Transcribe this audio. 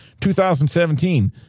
2017